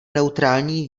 neutrální